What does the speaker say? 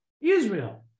Israel